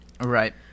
right